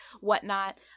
whatnot